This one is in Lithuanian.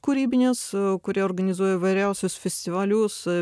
kūrybinės kurie organizuoja įvairiausius festivalius